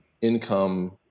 income